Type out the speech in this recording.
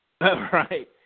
Right